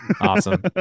awesome